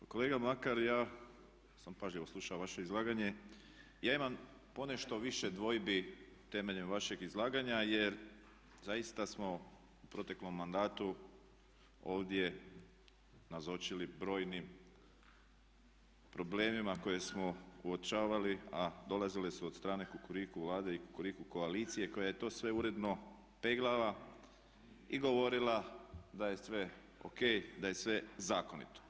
Pa kolega Mlakar ja sam pažljivo slušao vaše izlaganje, ja imam ponešto više dvojbi temeljem vašeg izlaganja jer zaista smo u proteklom mandatu ovdje nazočili brojnim problemima koje smo uočavali a dolazili su od strane Kukuriku vlade i Kukuriku koalicije koja je to sve uredno peglala i govorila da je sve ok, da je sve zakonito.